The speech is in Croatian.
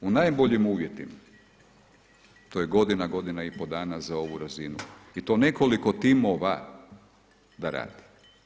U najboljim uvjetima, to je godina, godina i pol dana za ovu razinu i to nekoliko timova da radi.